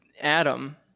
Adam